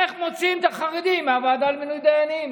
איך מוציאים את החרדים מהוועדה למינוי דיינים.